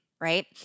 right